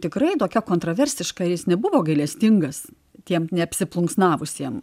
tikrai tokia kontroversiška ir jis nebuvo gailestingas tiem neapsiplunksnavusiem